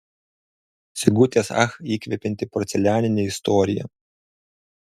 sigutės ach įkvepianti porcelianinė istorija